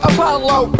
Apollo